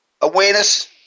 awareness